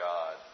God